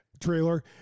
trailer